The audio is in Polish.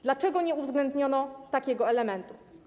Dlaczego nie uwzględniono takiego elementu?